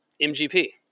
MGP